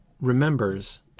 remembers